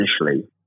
initially